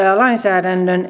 lainsäädännön